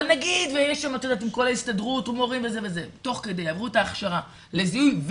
לזיהוי,